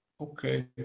Okay